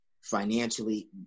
financially